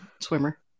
swimmer